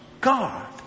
God